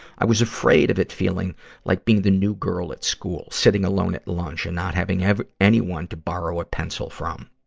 i was afraid of it feeling like being the new girl at school, sitting alone at lunch and not having anyone to borrow a pencil from.